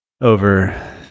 over